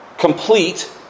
complete